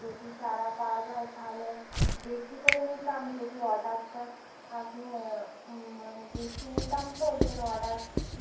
যদি চারা পাওয়া যায় তাহলে বেশি করে নিতাম যদি অর্ডারটা আপনি মানে বেশি নিতাম তো ওই জন্য অর্ডার